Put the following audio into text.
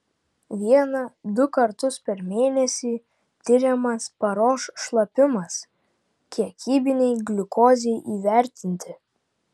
vieną du kartus per mėnesį tiriamas paros šlapimas kiekybinei gliukozei įvertinti